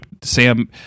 Sam